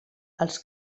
els